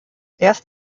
erst